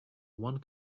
one